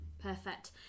perfect